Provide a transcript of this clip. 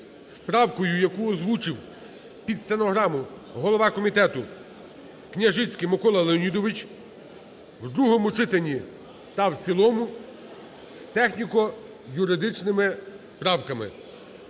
правкою, яку озвучив під стенограму голова комітету Княжицький Микола Леонідович в другому читанні та в цілому з техніко-юридичними правками.